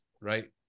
right